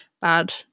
bad